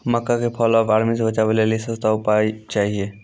मक्का के fall of army से बचाबै लेली सस्ता उपाय चाहिए?